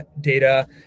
data